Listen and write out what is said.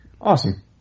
awesome